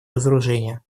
разоружение